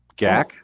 Gak